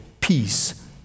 peace